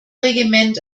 regiment